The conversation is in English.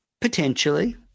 Potentially